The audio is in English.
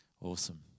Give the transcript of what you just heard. Awesome